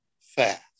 fast